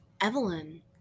Evelyn